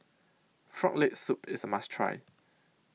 Frog Leg Soup IS A must Try